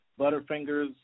Butterfingers